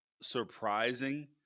surprising